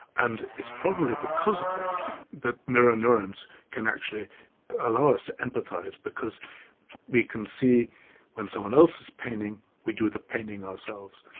and it's probably because of that that mirror neurons can actually allow us to empathise, because we can see when someone else is paining, we do the paining ourselves.